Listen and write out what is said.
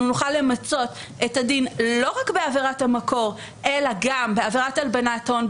נוכל למצות את הדין לא רק בעבירת המקור אלא גם בעבירת הלבנת הון,